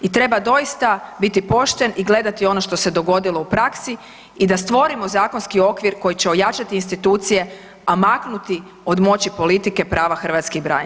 I treba doista biti pošten i gledati ono što se dogodilo u praksi i da stvorimo zakonski okvir koji će ojačati institucije, a maknuti od moći politike prava hrvatskih branitelja.